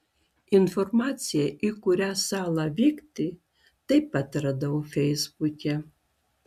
informaciją į kurią salą vykti taip pat radau feisbuke